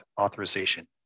authorization